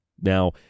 Now